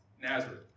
Nazareth